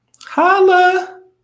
holla